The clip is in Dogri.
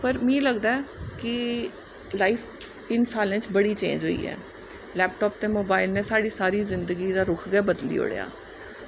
पर मीं लगदा ऐ कि लाईफ इन्न सालें च बड़ी चेंज होई ऐ लैपटॉप ते मोवाइल ने साढ़ी लाईफ दा रुक्ख गै बदली ओड़ेआ